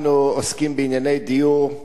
אנחנו עוסקים בענייני דיור,